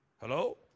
Hello